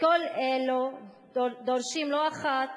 לכל אלה דורשים לא אחת